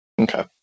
Okay